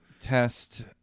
test